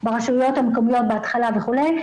ברשויות המקומיות בהתחלה וכולי,